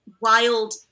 wild